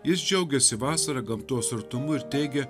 jis džiaugiasi vasara gamtos artumu ir teigia